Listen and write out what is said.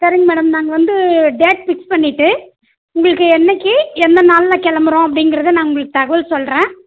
சரிங் மேடம் நாங்கள் வந்து டேட் ஃபிக்ஸ் பண்ணிவிட்டு உங்களுக்கு என்னக்கு எந்த நாளில் கிளம்புறோம் அப்படிங்கிறத நான் உங்களுக்கு தகவல் செல்கிறேன்